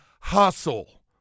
hustle